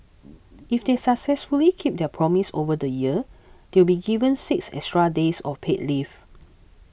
if they successfully keep their promise over the year they'll be given six extra days of paid leave